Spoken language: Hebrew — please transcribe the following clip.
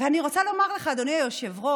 אני רוצה לומר לך, אדוני היושב-ראש,